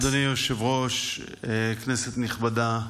אדוני היושב-ראש, כנסת נכבדה,